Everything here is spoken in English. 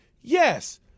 Yes